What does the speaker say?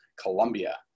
Colombia